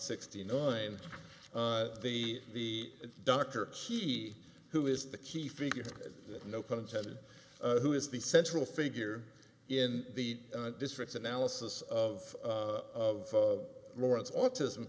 sixty nine the the doctor he who is the key figure no pun intended who is the central figure in the district's analysis of of lawrence autism